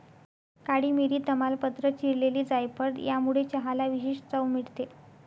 काळी मिरी, तमालपत्र, चिरलेली जायफळ यामुळे चहाला विशेष चव मिळते